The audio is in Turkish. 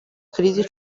krizi